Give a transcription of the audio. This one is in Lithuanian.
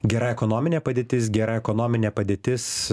gera ekonominė padėtis gera ekonominė padėtis